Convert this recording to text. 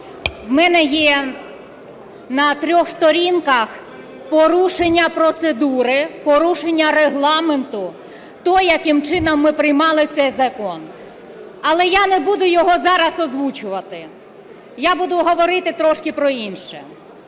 в мене на трьох сторінках порушення процедури, порушення Регламенту, то яким чином ми приймали цей закон. Але я не буду його зараз озвучувати. Я буду говорити трошки про інше.